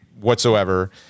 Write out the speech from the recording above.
whatsoever